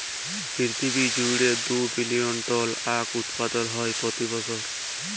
পিরথিবী জুইড়ে দু বিলিয়ল টল আঁখ উৎপাদল হ্যয় প্রতি বসর